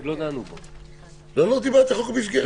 לא דיברתי על חוק המסגרת עכשיו.